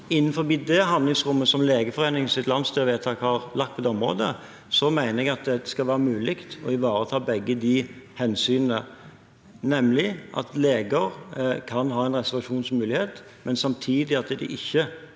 Innenfor det handlingsrommet som Legeforeningens landsstyrevedtak har lagt på dette området, mener jeg at det skal være mulig å ivareta begge disse hensynene, nemlig at leger kan ha en reservasjonsmulighet, men samtidig at det ikke